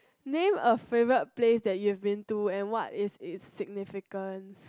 name a favorite place that you've been to and what is it's significance